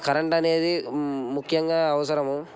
current అనేది ముఖ్యంగా అవసరము